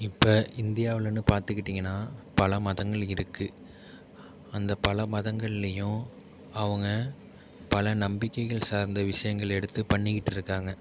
இப்போ இந்தியாவுலேனு பார்த்துக்கிட்டிங்கன்னா பல மதங்கள் இருக்குது அந்த பல மதங்கள்லேயும் அவங்க பல நம்பிக்கைகள் சார்ந்த விஷயங்கள் எடுத்து பண்ணிக்கிட்டு இருக்காங்க